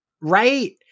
Right